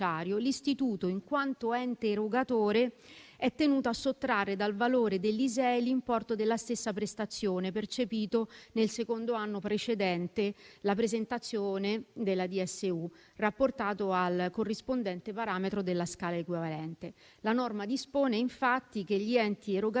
l'istituto, in quanto ente erogatore, è tenuto a sottrarre dal valore dell'ISEE l'importo della stessa prestazione percepito nel secondo anno precedente la presentazione della dichiarazione sostitutiva unica (DSU) rapportato al corrispondente parametro della scala equivalente. La norma dispone infatti che gli enti erogatori